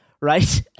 Right